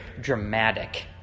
dramatic